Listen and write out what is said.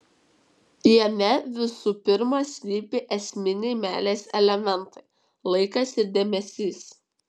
jame visų pirma slypi esminiai meilės elementai laikas ir dėmesys